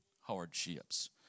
hardships